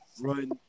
run